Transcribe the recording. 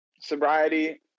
sobriety